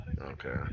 Okay